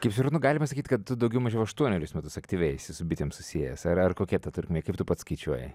kaip suprantu galima sakyt kad tu daugiau mažiau aštuonerius metus aktyviai esi su bitėm susijęs ar ar kokia ta trukmė kaip tu tu pats skaičiuoji